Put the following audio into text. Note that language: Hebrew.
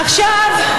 עכשיו,